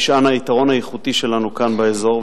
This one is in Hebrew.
נשען היתרון האיכותי שלנו כאן באזור,